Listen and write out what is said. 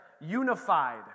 unified